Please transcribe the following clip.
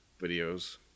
videos